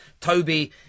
Toby